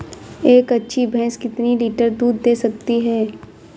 एक अच्छी भैंस कितनी लीटर दूध दे सकती है?